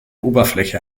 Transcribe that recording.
oberfläche